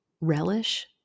relish